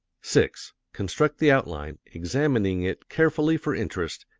six. construct the outline, examining it carefully for interest,